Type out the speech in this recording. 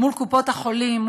עם קופות-החולים,